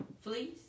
fleece